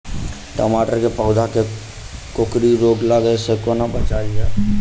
टमाटर केँ पौधा केँ कोकरी रोग लागै सऽ कोना बचाएल जाएँ?